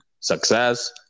Success